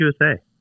USA